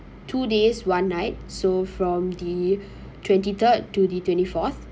two days one night so from the twenty third to the twenty fourth